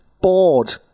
bored